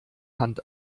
hand